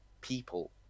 people